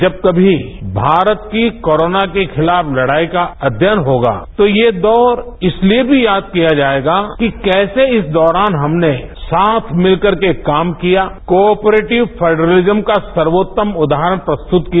जब कमी भारत की कोरोना के खिलाफ लड़ाई का अध्ययन होगा तो ये दौर इसलिए भी याद किया जाएगा कि कैसे इस दौरान हमने साथ मितकर के काम किया कॉ ऑपरेटिव फ्रेडरतिज्म का सर्वोत्तम चदाहरण प्रस्तुत किया